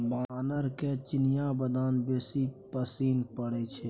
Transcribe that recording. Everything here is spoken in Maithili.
बानरके चिनियाबदाम बेसी पसिन पड़य छै